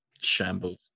shambles